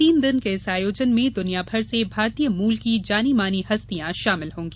तीन दिन के इस आयोजन में दुनिया भर से भारतीय मूल की जानी मानी हस्तियां शामिल होंगी